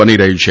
બની રહી છે